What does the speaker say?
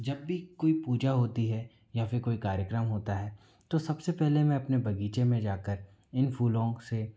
जब भी कोई पूजा होती है या फिर कोई कार्यक्रम होता है तो सबसे पहले मैं अपने बगीचे में जा कर इन फूलों से